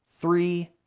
three